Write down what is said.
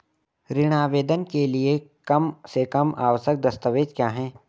ऋण आवेदन के लिए कम से कम आवश्यक दस्तावेज़ क्या हैं?